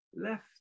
left